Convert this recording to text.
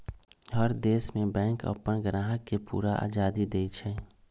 हर देश में बैंक अप्पन ग्राहक के पूरा आजादी देई छई